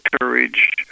courage